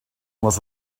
was